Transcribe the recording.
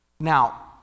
Now